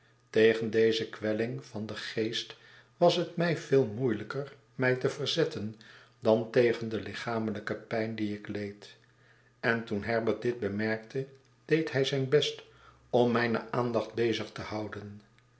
tegen deze kwelling van den geest was het mij veel moeielijker mij te verzetten dan tegen de licharnelijkepijn die ik leed en toen herbert dit bemerkte deedhij zijn best om mijne aandachtbezigtehouden